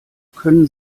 können